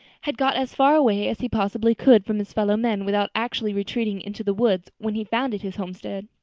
had got as far away as he possibly could from his fellow men without actually retreating into the woods when he founded his homestead.